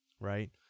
right